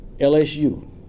LSU